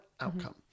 Outcome